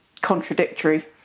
contradictory